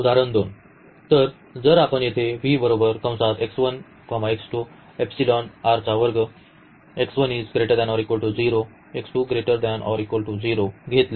उदाहरण 2 तर जर आपण येथे घेतले